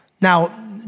Now